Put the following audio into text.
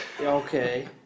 Okay